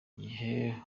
gihe